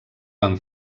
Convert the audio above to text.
van